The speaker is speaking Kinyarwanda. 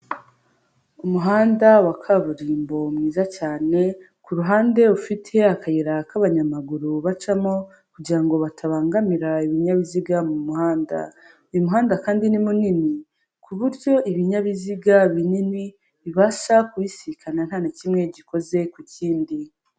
Umuhanda wa kaburimbo mwiza cyane ku ruhande ufite akayira k'abanyamaguru bacamo kugirango batabangamira ibinyabiziga mu muhanda, uyu muhanda kandi ni munini ku buryo ibinyabiziga binini bibasha kubisikana nta na kimwe gikoze ku kindi.